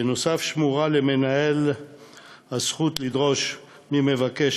נוסף על כך שמורה למנהל הזכות לדרוש ממבקש